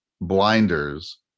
blinders